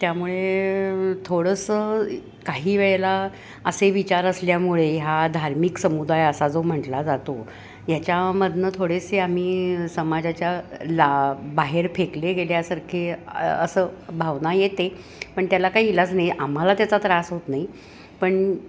त्यामुळे थोडंसं काही वेळेला असे विचार असल्यामुळे हा धार्मिक समुदाय असा जो म्हटला जातो याच्यामधनं थोडेसे आम्ही समाजाच्या ला बाहेर फेकले गेल्यासारखे असं भावना येते पण त्याला काही इलाज नाही आम्हाला त्याचा त्रास होत नाही पण